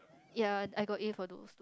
ya I got A for those